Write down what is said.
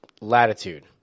latitude